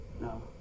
No